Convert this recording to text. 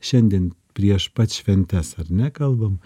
šiandien prieš pat šventes ar ne kalbam